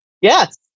Yes